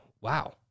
wow